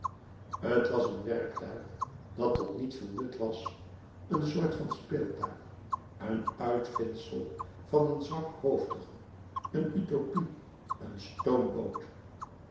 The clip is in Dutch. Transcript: t was een werktuig dat tot niet veel nut was een soort van speeltuig een uitvindsel van een zwakhoofdige een utopie een stoomboot